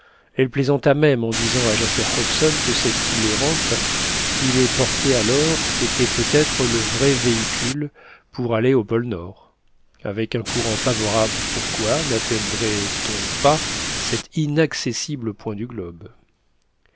elle plaisanta même en disant à jasper hobson que cette île errante qui les portait alors était peut-être le vrai véhicule pour aller au pôle nord avec un courant favorable pourquoi natteindrait on pas cet inaccessible point du globe